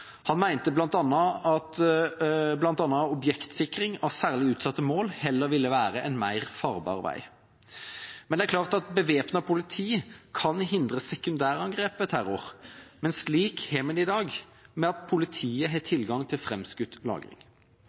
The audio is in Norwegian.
Han mente bl.a. at objektsikring av særlig utsatte mål ville være en mer farbar vei. Det er klart at bevæpnet politi kan hindre sekundærangrep ved terror, men slik har vi det i dag, ved at politiet har tilgang til framskutt lagring.